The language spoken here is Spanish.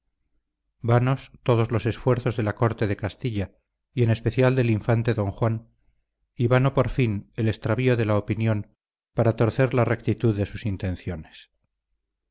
vanos todos los esfuerzos de la corte de castilla y en especial del infante don juan y vano por fin el extravío de la opinión para torcer la rectitud de sus intenciones